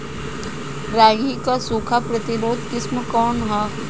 रागी क सूखा प्रतिरोधी किस्म कौन ह?